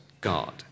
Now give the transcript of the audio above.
God